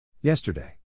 Yesterday